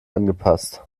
angepasst